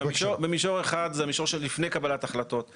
במישור האחד זה המישור שעוד לפני קבלת ההחלטות.